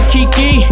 Kiki